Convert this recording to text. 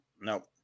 Nope